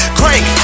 crank